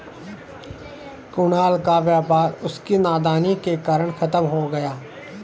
कुणाल का व्यापार उसकी नादानी के कारण खत्म हो गया